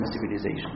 civilization